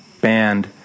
band